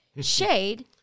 Shade